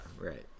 right